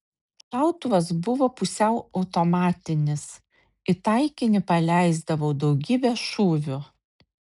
šautuvas buvo pusiau automatinis į taikinį paleisdavau daugybę šūvių